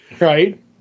Right